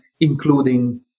including